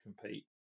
compete